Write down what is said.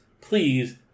please